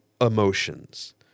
emotions